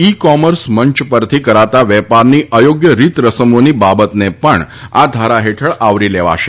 ઇ commerce મંચ પરથી કરાતા વેપારની અયોગ્ય રીતરસમોની બાબતને પણ આ ધારા હેઠળ આવરી લેવાશે